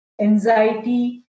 anxiety